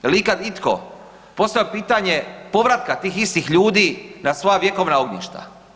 Jel ikad itko postavio pitanje povratka tih istih ljudi na svoja vjekovna ognjišta?